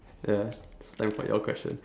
ya time for your question